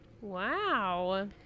wow